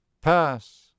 pass